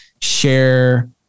share